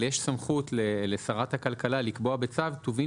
אבל יש סמכות לשרת הכלכלה לקבוע בצו טובין